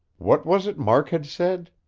what was it mark had said?